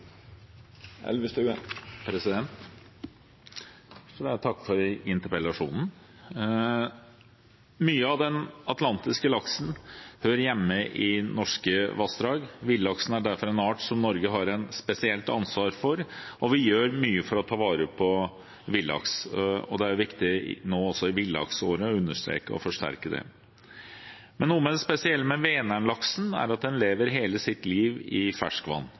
jeg takke for interpellasjonen. Mye av den atlantiske laksen hører hjemme i norske vassdrag. Villaksen er derfor en art som Norge har et spesielt ansvar for, og vi gjør mye for å ta vare på villaksen. Det er viktig nå også i villaksåret å understreke og forsterke det. Men noe av det spesielle med Vänern-laksen er at den lever hele sitt liv i ferskvann.